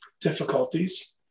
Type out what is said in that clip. difficulties